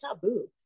taboo